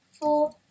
four